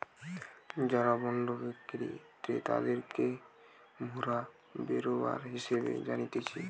যারা বন্ড বিক্রি ক্রেতাদেরকে মোরা বেরোবার হিসেবে জানতিছে